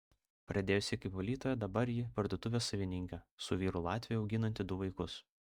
pradėjusi kaip valytoja dabar ji parduotuvės savininkė su vyru latviu auginanti du vaikus